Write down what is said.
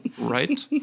right